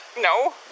No